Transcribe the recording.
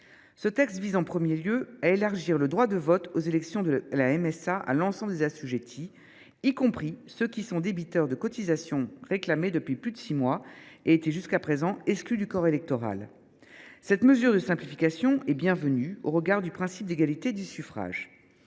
Ce texte vise en premier lieu à étendre le droit de vote aux élections de la MSA à l’ensemble des assujettis, y compris à ceux qui sont débiteurs de cotisations réclamées depuis plus de six mois. Ils étaient jusqu’à présent exclus du corps électoral. Cette mesure de simplification est bienvenue, au regard du principe d’égalité du suffrage.